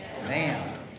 Man